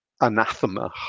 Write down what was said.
anathema